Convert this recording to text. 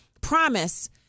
promise